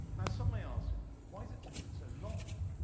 now some may ask, why has it taken so long?